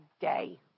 day